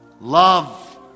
Love